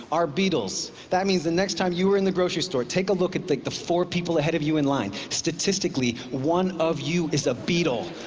are beetles. that means the next time you are in the grocery store, take a look at like the four people ahead of you in line. statistically, one of you is a beetle.